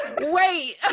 wait